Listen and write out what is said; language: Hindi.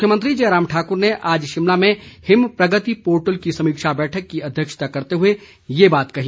मुख्यमंत्री जयराम ठाकुर ने आज शिमला में हिम प्रगति पोर्टल की समीक्षा बैठक की अध्यक्षता करते हुए यह बात कही